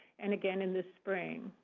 and again in the spring.